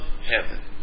heaven